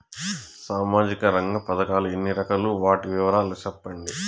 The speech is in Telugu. సామాజిక రంగ పథకాలు ఎన్ని రకాలు? వాటి వివరాలు సెప్పండి